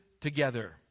together